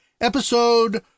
episode